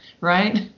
right